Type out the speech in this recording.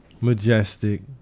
majestic